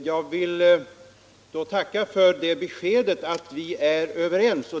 Herr talman! Jag tackar för beskedet att vi är överens.